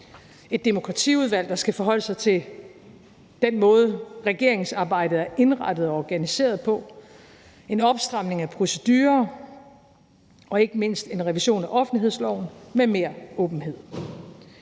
et demokratiudvalg, der skal forholde sig til den måde, regeringsarbejdet er indrettet og organiseret på; en opstramning af procedurer; og ikke mindst en revision af offentlighedsloven med mere åbenhed.